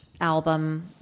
album